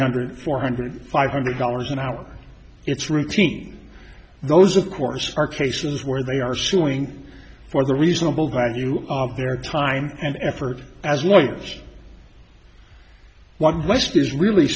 hundred four hundred five hundred dollars an hour it's routine those of course are cases where they are suing for the reasonable value of their time and effort as lawyers one west is really